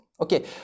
Okay